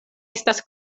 estas